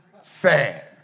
Sad